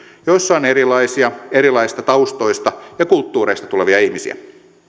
joissa on erilaisia erilaisista taustoista ja kulttuureista tulevia ihmisiä